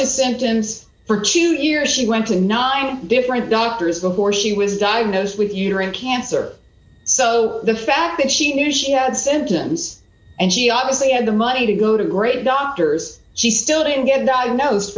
symptoms for two years she went to not different doctors the horse she was diagnosed with uterine cancer so the fact that she knew she had symptoms and she obviously had the money to go to great doctors she still didn't get diagnosed